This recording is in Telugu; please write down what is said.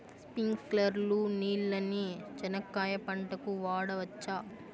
స్ప్రింక్లర్లు నీళ్ళని చెనక్కాయ పంట కు వాడవచ్చా?